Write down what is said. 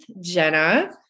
Jenna